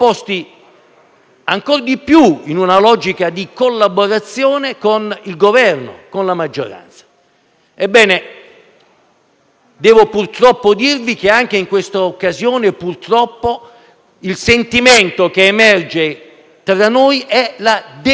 ancora di più in una logica di collaborazione con il Governo e con la maggioranza. Ebbene, devo dirvi che anche in questa occasione, purtroppo, il sentimento che emerge tra noi è la delusione.